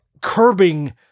curbing